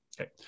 Okay